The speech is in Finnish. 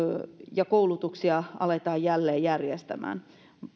ja koulutuksia aletaan jälleen järjestämään